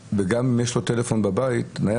וגם אם יש לו בבית טלפון נייח,